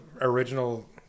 original